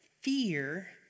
Fear